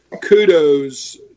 kudos